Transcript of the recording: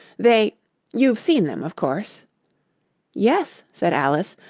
they you've seen them, of course yes, said alice,